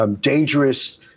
dangerous